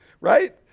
right